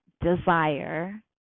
desire